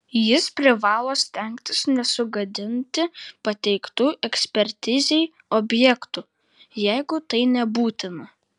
jis privalo stengtis nesugadinti pateiktų ekspertizei objektų jeigu tai nebūtina